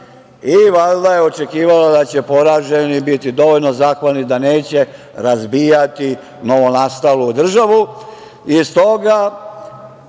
i valjda je očekivala da će poraženi biti dovoljno zahvalni, da neće razbijati novonastalu državu. Stoga